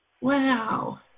Wow